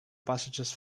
passages